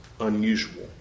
unusual